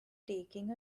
taking